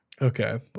Okay